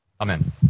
Amen